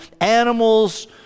animals